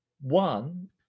One